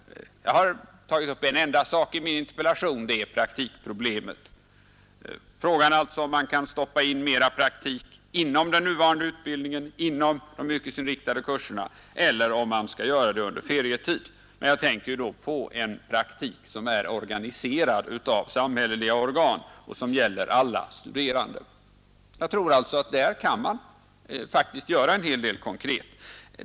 Jag har tagit upp en enda sak i min interpellation. Det är praktikproblemet — således om man kan stoppa in mera praktik inom den nuvarande utbildningen, inom de yrkesinriktade kurserna, eller om man skall göra det under ferietid. Jag tänker då på en praktik som är organiserad av samhälleliga organ och som gäller alla studerande. Jag tror att där kan man faktiskt göra en hel del konkret.